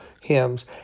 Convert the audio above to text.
hymns